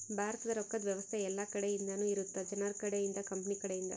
ಭಾರತದ ರೊಕ್ಕದ್ ವ್ಯವಸ್ತೆ ಯೆಲ್ಲ ಕಡೆ ಇಂದನು ಇರುತ್ತ ಜನರ ಕಡೆ ಇಂದ ಕಂಪನಿ ಕಡೆ ಇಂದ